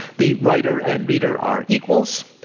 the writer and reader are equals.